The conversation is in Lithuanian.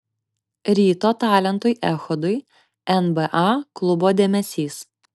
ryto talentui echodui nba klubo dėmesys